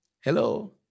Hello